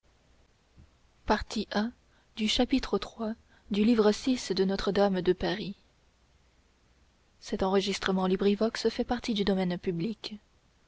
fait partie du manuscrit de notre-dame de paris